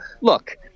look